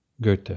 Goethe